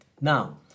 now